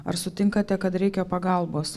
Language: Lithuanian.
ar sutinkate kad reikia pagalbos